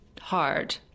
Hard